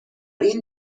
این